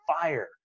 fire